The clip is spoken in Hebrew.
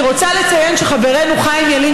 אני רוצה לציין שחברנו חיים ילין,